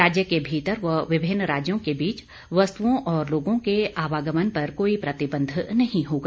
राज्य के भीतर व विभिन्न राज्यों के बीच वस्तुओं और लोगों के आवागमन पर कोई प्रतिबंध नहीं होगा